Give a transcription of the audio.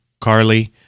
carly